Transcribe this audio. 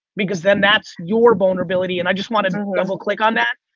because then that's your vulnerability. and i just wanted to double click on that.